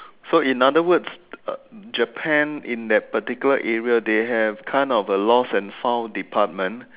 so in other words uh Japan in that particular area they have kind of a lost and found department